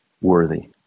worthy